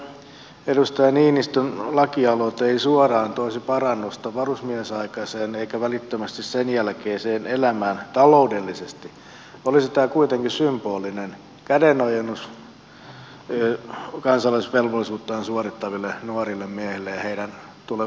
vaikka tämä edustaja niinistön lakialoite ei suoraan toisi parannusta varusmiesaikaiseen eikä välittömästi sen jälkeiseen elämään taloudellisesti olisi tämä kuitenkin symbolinen kädenojennus kansalaisvelvollisuuttaan suorittaville nuorille miehille ja heidän perheilleen